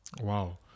Wow